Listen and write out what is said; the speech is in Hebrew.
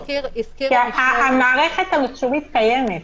כי המערכת המחשובית קיימת.